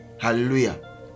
Hallelujah